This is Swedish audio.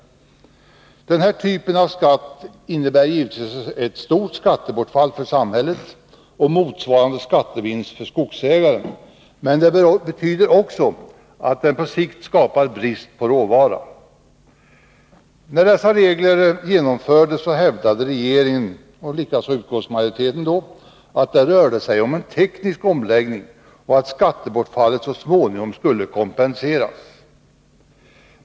Den här typen av skatteregler medför givetvis ett stort skattebortfall för samhället och motsvarande skattevinst för skogsägaren men skapar på sikt också brist på råvara. När dessa skatteregler genomfördes hävdade regeringen, liksom då också utskottsmajoriteten, att det rörde sig om en teknisk omläggning och att skattebortfallet så småningom skulle kompenseras.